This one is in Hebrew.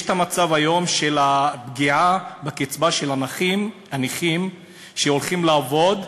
יש היום מצב של פגיעה בקצבה של הנכים שהולכים לעבוד,